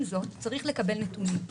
עם זאת, צריך לקבל נתונים.